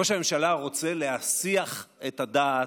ראש הממשלה רוצה להסיח את הדעת,